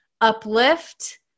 uplift